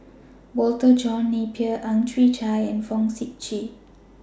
Walter John Napier Ang Chwee Chai and Fong Sip Chee